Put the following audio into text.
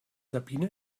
sabine